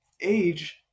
Age